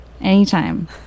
anytime